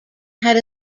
had